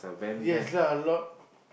yes lah lot